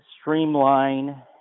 streamline